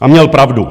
A měl pravdu.